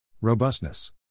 Robustness